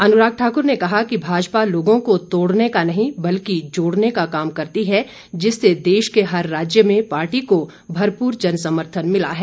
अनुराग ठाकुर ने कहा कि भाजपा लोगों को तोड़ने का नहीं बल्कि जोड़ने का काम करती है जिससे देश के हर राज्य में पार्टी को भरपूर जनसमर्थन मिला है